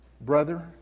brother